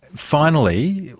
finally,